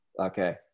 Okay